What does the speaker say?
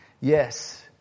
Yes